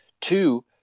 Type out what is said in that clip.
Two